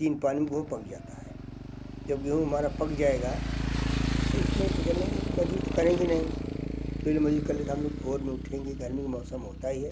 तीन पानी में गोहूँ पक जाता है जब गेहूँ हमारा पक जाएगा तो उसमें लेंगे मज़दूरी तो करेंगे नहीं बिना मज़दूरी कर लें तो हम लोग भोर में उठेंगे गर्मी का मौसम होता ही है